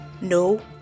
no